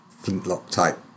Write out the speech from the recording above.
flintlock-type